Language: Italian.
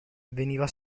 veniva